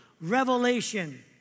revelation